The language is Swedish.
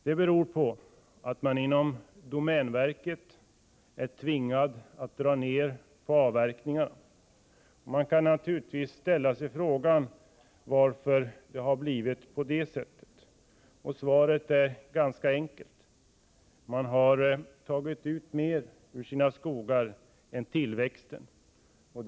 Det beror på att man inom domänverket är tvingad att dra ner på avverkningarna. Vi kan naturligtvis ställa frågan, varför det har blivit på det sättet. Svaret är ganska enkelt: Domänverket har tagit ut mer ur sina skogar än vad som motsvarar tillväxten.